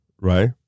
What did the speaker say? right